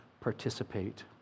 participate